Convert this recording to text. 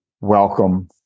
Welcome